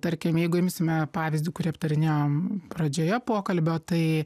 tarkim jeigu imsime pavyzdį kurį aptarinėjom pradžioje pokalbio tai